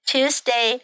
Tuesday